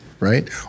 Right